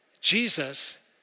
Jesus